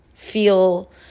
feel